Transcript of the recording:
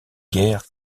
guerres